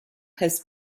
has